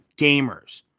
gamers